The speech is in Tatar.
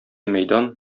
мәйдан